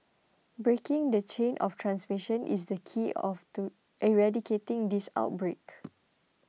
breaking the chain of transmission is the key of to eradicating this outbreak